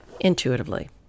intuitively